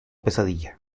pesadilla